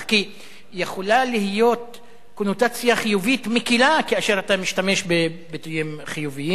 כי יכולה להיות קונוטציה חיובית מקלה כאשר אתה משתמש בביטויים חיוביים.